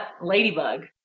Ladybug